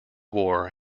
war